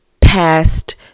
past